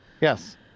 Yes